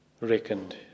reckoned